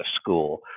school